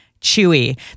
chewy